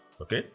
okay